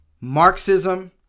Marxism